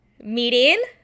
Meeting